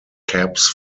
caps